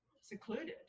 secluded